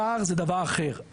שר זה דבר אחר,